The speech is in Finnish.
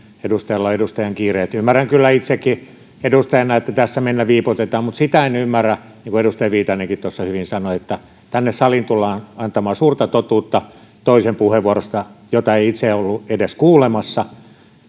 edustajalla on edustajan kiireet ymmärrän kyllä itsekin edustajana että tässä mennä viipotetaan mutta sitä en ymmärrä niin kuin edustaja viitanenkin tuossa hyvin sanoi että tänne saliin tullaan antamaan suurta totuutta toisen puheenvuorosta jota ei itse ollut edes kuulemassa